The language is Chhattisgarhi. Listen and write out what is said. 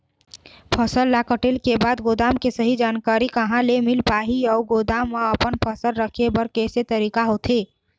फसल ला कटेल के बाद गोदाम के सही जानकारी कहा ले मील पाही अउ गोदाम मा अपन फसल रखे बर कैसे तरीका होथे?